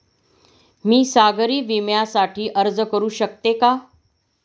मी सागरी विम्यासाठी अर्ज करू शकते का?